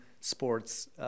Sports